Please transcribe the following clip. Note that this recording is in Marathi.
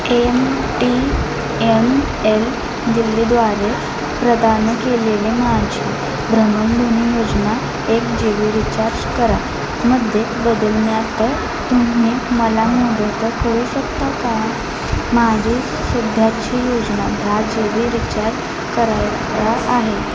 एम टी एम एल दिल्लीद्वारे प्रदान केलेले माझे भ्रमणध्वनी योजना एक जी बी रिचार्ज करा मध्ये बदलण्यात तुम्ही मला मदत करू शकता का माझी सध्याची योजना रिचार्ज करायला आहे